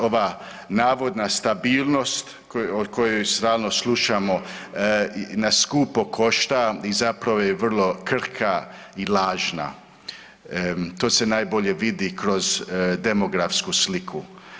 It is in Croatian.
Ova navodna stabilnost o kojoj stalno slušamo nas skupo košta i zapravo je vrlo krhka i lažna, to se najbolje vidi kroz demografsku sliku.